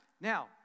now